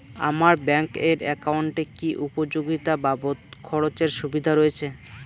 আমার ব্যাংক এর একাউন্টে কি উপযোগিতা বাবদ খরচের সুবিধা রয়েছে?